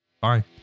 bye